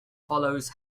follows